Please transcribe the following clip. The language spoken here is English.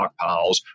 stockpiles